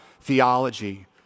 theology